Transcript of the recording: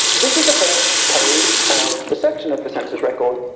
this is the first page of the section of the census record,